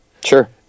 Sure